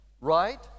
Right